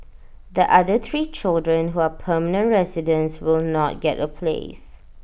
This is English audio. the other three children who are permanent residents will not get A place